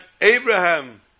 Abraham